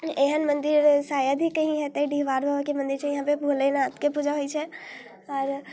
एहन मन्दिर शायद ही कहीँ हेतै डिहबार बाबाके मन्दिर छै इहाँपर भोलेनाथके पूजा होइ छै